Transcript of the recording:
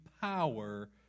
power